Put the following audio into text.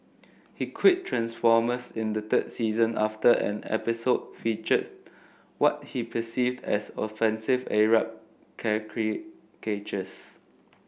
he quit transformers in the third season after an episode featured what he perceived as offensive Arab